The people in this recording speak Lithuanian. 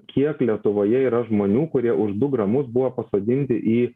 kiek lietuvoje yra žmonių kurie už du gramus buvo pasodinti į